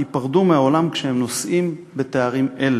ייפרדו מהעולם כשהם נושאים בתארים אלה.